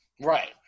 right